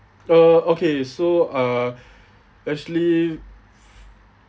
oh okay so uh actually